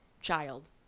child